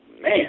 Man